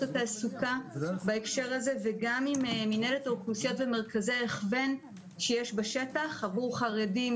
התעסוקה וגם עם מינהלת האוכלוסיות ומרכזי ההכוון שיש בשטח עבור חרדים,